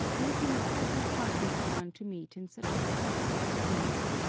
making a pleasant party for one to meet in such an unexpected manner.